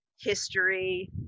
history